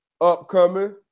upcoming